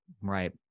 right